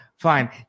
Fine